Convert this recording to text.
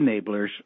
enablers